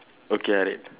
okay Harid